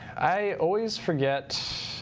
i always forget